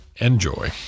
Enjoy